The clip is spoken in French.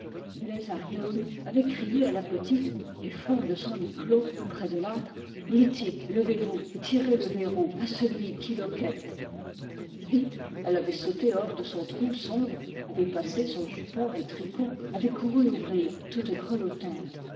avait crié à la petite du fond de son lit clos près de l'âtre liettik levez-vous et tirez le verrou à celui qui loquète vite elle avait sauté hors de son trou sombre avait passé son jupon de tricot avait couru ouvrir toute grelottante